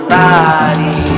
body